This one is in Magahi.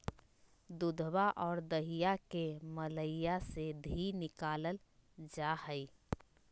दूधवा और दहीया के मलईया से धी निकाल्ल जाहई